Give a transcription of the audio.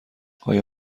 آیا